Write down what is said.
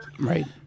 Right